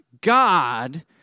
God